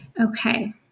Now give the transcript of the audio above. Okay